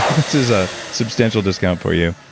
this is a substantial discount for you.